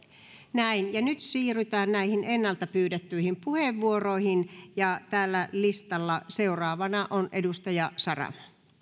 ja nyt siirrytään näihin ennalta pyydettyihin puheenvuoroihin ja täällä listalla seuraavana on edustaja saramo